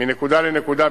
מנקודה לנקודה,